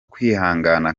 kwihangana